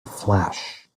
flash